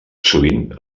sovint